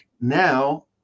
now